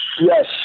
Yes